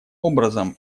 образом